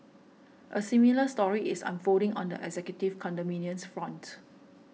a similar story is unfolding on the executive condominiums front